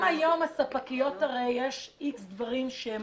אתי, גם היום הספקיות, הרי יש X דברים שהן